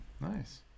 nice